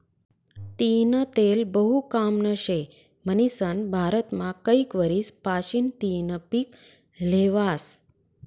तीयीनं तेल बहु कामनं शे म्हनीसन भारतमा कैक वरीस पाशीन तियीनं पिक ल्हेवास